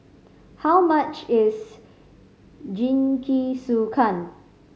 how much is Jingisukan